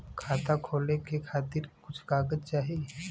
खाता खोले के खातिर कुछ कागज चाही?